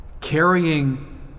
Carrying